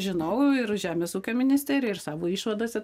žinau ir žemės ūkio ministerija ir savo išvadose